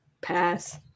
pass